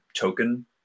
token